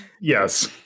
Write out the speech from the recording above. yes